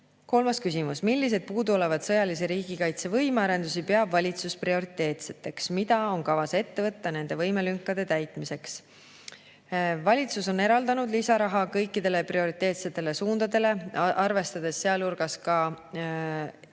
Kolmas küsimus: "Milliseid puuduolevaid sõjalise riigikaitse võimearendusi peab valitsus prioriteetseteks? Mida on kavas ette võtta nende võimelünkade täitmiseks?" Valitsus on eraldanud lisaraha kõikidele prioriteetsetele suundadele, arvestades ka Ukraina